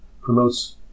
promotes